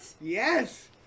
Yes